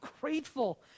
grateful